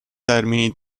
termini